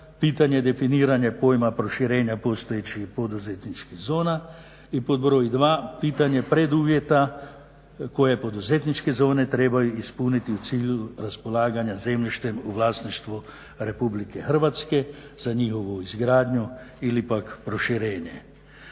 pitanje definiranja pojma proširenja postojećih poduzetničkih zona i pod broj 2 pitanje preduvjeta koje poduzetničke zone trebaju ispuniti u cilju raspolaganja zemljištem u vlasništvu RH za njihovu izgradnju ili pak proširenje.